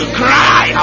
cry